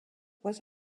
was